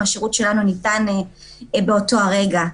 השירות שלנו ניתן באותו רגע.